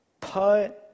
put